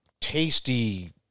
tasty